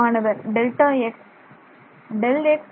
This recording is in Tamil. மாணவர் Refer Time 1723 டெல்டா x